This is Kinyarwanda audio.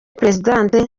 perezidansi